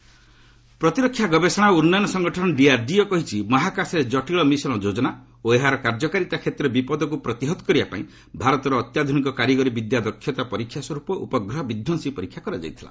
DRDO ପ୍ରତିରକ୍ଷା ଗବେଷଣା ଓ ଉନ୍ନୟନ ସଂଗଠନ ଡିଆର୍ଡିଓ କହିଛି ମହାକାଶରେ ଜଟିଳ ମିଶନ୍ ଯୋଜନା ଓ ଏହାର କାର୍ଯ୍ୟକାରୀତା କ୍ଷେତ୍ରରେ ବିପଦକୁ ପ୍ରତିହତ କରିବା ପାଇଁ ଭାରତର ଅତ୍ୟାଧୁନିକ କାରିଗରି ବିଦ୍ୟା ଦକ୍ଷତା ପରୀକ୍ଷା ସ୍ୱର୍ପ ଉପଗ୍ରହ ବିଧ୍ୱସିଂ ପରୀକ୍ଷା କରାଯାଇଥିଲା